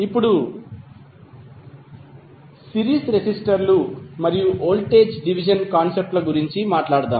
ఇప్పుడు సిరీస్ రెసిస్టర్లు మరియు వోల్టేజ్ డివిజన్ కాన్సెప్ట్ ల గురించి మాట్లాడుదాం